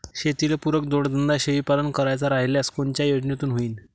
शेतीले पुरक जोडधंदा शेळीपालन करायचा राह्यल्यास कोनच्या योजनेतून होईन?